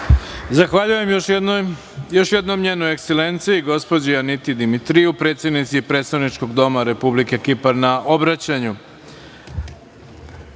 Zahvaljujem još jednom, Njenoj Ekselenciji, gospođi Aniti Dimitriju, predsednici predstavničkog doma Republike Kipar na obraćanju. Neka